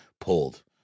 pulled